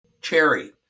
Cherry